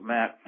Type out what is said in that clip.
Matt